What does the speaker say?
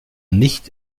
nicht